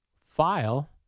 file